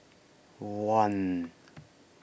one